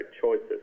choices